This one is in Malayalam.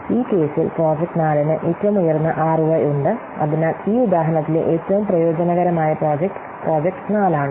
ഈ കേസിൽ പ്രോജക്റ്റ് 4 ന് ഏറ്റവും ഉയർന്ന ആർഒഐ ഉണ്ട് അതിനാൽ ഈ ഉദാഹരണത്തിലെ ഏറ്റവും പ്രയോജനകരമായ പ്രോജക്റ്റ് പ്രോജക്റ്റ് 4 ആണ്